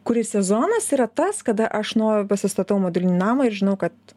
kuris sezonas yra tas kada aš no pasistatau modulinį namą ir žinau kad